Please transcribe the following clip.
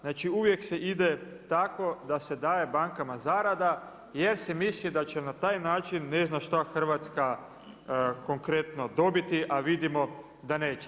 Znači, uvijek se ide tako da se daje bankama zarada jer se misli da će na taj način ne znam šta Hrvatska konkretno dobiti, a vidimo da neće.